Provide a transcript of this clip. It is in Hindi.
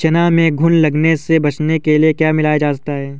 चना में घुन लगने से बचाने के लिए क्या मिलाया जाता है?